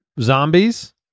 zombies